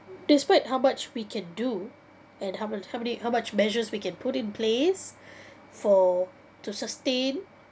despite how much we can do and how much how many how much measures we can put in place for to sustain